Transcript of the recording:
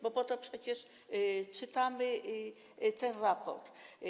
Bo po to przecież czytamy ten raport.